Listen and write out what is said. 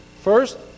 First